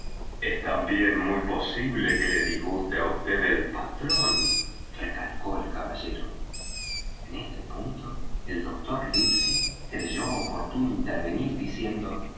es también muy posible que le disguste á vd el patrón recalcó el caballero en este punto el doctor livesey creyó oportuno intervenir diciendo